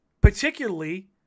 Particularly